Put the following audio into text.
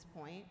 point